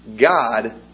God